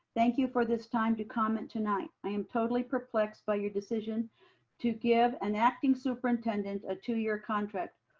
thank you for this time to comment tonight. i am totally perplexed by your decision to give an acting superintendent a two year contract.